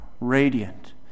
radiant